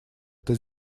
это